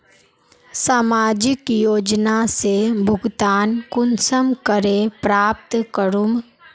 सामाजिक योजना से भुगतान कुंसम करे प्राप्त करूम?